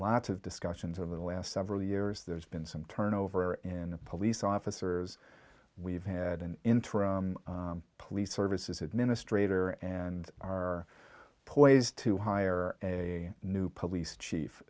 lots of discussions over the last several years there's been some turnover in police officers we've had an interim police services administrator and are poised to hire a new police chief